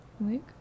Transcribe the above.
luke